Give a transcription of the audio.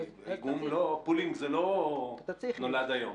איגום, Pooling לא נולד היום.